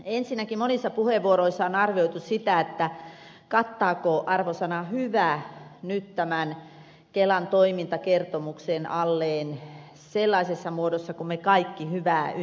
ensinnäkin monissa puheenvuoroissa on arvioitu sitä kattaako arvosana hyvä nyt tämän kelan toimintakertomuksen sellaisessa muodossa kuin me kaikki hyvän ymmärrämme